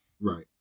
Right